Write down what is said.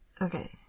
Okay